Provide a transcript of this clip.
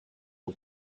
for